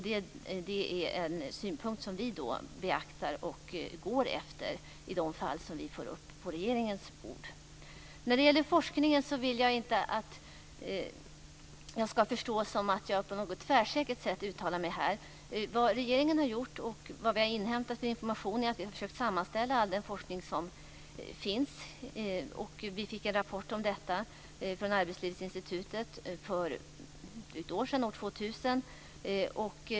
Det är en synpunkt som vi beaktar och går efter i de fall som vi får upp på regeringens bord. När det gäller forskningen vill jag inte att det ska förstås som att jag på ett tvärsäkert sätt uttalar mig här. Regeringen har inhämtat information, och vi har försökt att sammanställa den forskning som finns. Vi fick en rapport om detta från Arbetslivsinstitutet för drygt ett år sedan, år 2000.